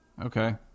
Okay